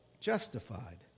justified